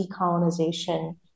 decolonization